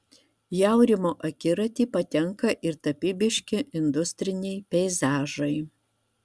į aurimo akiratį patenka ir tapybiški industriniai peizažai